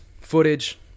footage